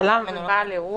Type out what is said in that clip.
צלם ובעל אירוע?